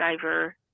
driver